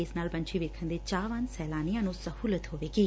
ਇਸ ਨਾਲ ਪੰਛੀ ਵੇਖਣ ਦੇ ਚਾਹਵਾਨ ਸੈਲਾਨੀਆਂ ਨੂੰ ਸਹੁਲਤ ਹੋਵੇਗੀ